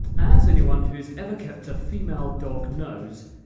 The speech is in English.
as anyone who has ever kept a female dog knows,